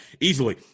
Easily